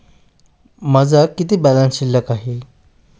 माझा किती बॅलन्स शिल्लक आहे?